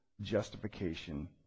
justification